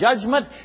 judgment